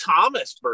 Thomas